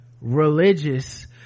religious